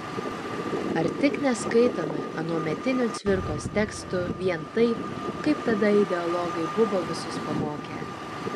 ar tik neskaitome anuometinių cvirkos tekstų vien taip kaip tada ideologai buvo visus pamokę